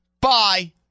Bye